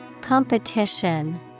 competition